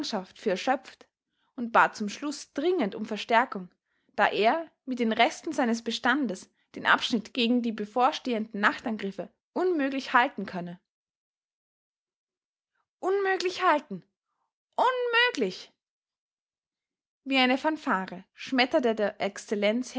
erschöpft und bat zum schluß dringend um verstärkung da er mit den resten seines bestandes den abschnitt gegen die bevorstehenden nachtangriffe unmöglich halten könne unmöglich halten unmöglich wie eine fanfare schmetterte der